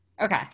Okay